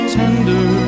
tender